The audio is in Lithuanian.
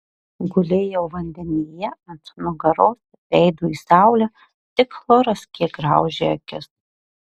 gulėjau vandenyje ant nugaros veidu į saulę tik chloras kiek graužė akis